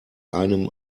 einem